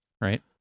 right